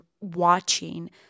watching